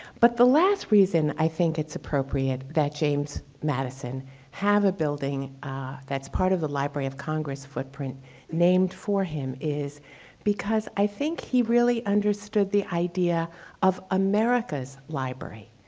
but the last reason i think it's appropriate that james madison have a building that's part of the library of congress footprint named for him is because i think he really understood the idea of america's library.